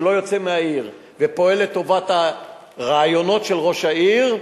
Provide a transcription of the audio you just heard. שלא יוצא מהעיר ופועל לטובת הרעיונות של ראש העיר,